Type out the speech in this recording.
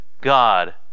God